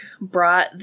brought